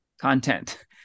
content